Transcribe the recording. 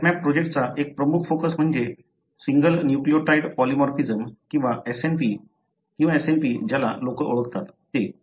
HapMap प्रोजेक्टचा एक प्रमुख फोकस म्हणजे सिंगल न्यूक्लियोटाइड पॉलिमॉर्फिझम किंवा SNP किंवा SNP ज्याला लोक ओळखतात ते